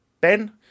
Ben